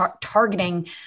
targeting